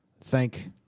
thank